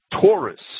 Taurus